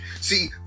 See